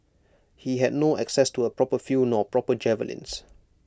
he had no access to A proper field nor proper javelins